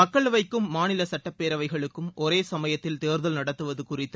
மக்களவைக்கும் மாநில சட்டப்பேரவைகளுக்கும் ஒரே சமயத்தில் தேர்தல் நடத்துவது குறித்த